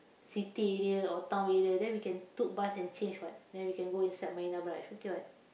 city area or town area then we can took bus and change what then we can go inside Marina-Barrage okay what